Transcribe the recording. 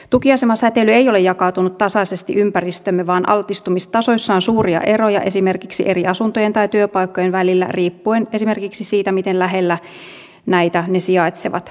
tukiaseman säteily ei ole jakautunut tasaisesti ympäristöömme vaan altistumistasoissa on suuria eroja esimerkiksi eri asuntojen tai työpaikkojen välillä riippuen esimerkiksi siitä miten lähellä näitä ne sijaitsevat